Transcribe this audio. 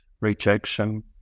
rejection